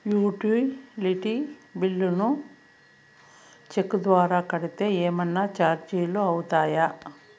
Utility bills ను cheque ద్వారా కట్టితే ఏమన్నా చార్జీలు అవుతాయా?